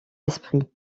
esprits